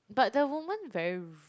but the woman very